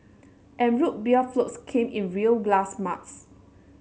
and Root Beer floats came in real glass mugs